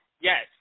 Yes